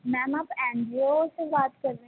ma'am ਆਪ N G O ਸੇ ਬਾਤ ਕਰ ਰਹੇ ਹੈ